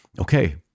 okay